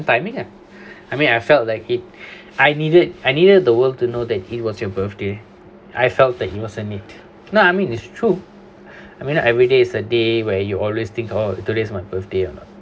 timing lah I mean I felt like it I needed I needed the world to know that it was your birthday I felt that it was a need no I mean it's truth I mean like every day it's a day where you always think oh today is my birthday or not